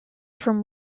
from